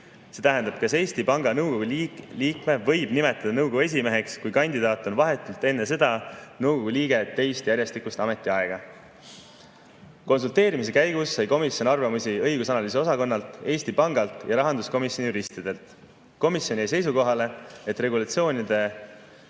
See tähendab, kas Eesti Panga Nõukogu liikme võib nimetada nõukogu esimeheks, kui kandidaat on vahetult enne seda nõukogu liige teist järjestikust ametiaega. Konsulteerimise käigus sai komisjon arvamusi õigus‑ ja analüüsiosakonnalt, Eesti Pangalt ja rahanduskomisjoni juristidelt. Komisjon jäi seisukohale, et regulatsioonide